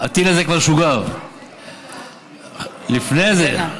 הטיל הזה כבר שוגר לפני זה.